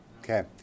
Okay